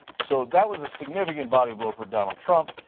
so that was a significant body blow from donald trump.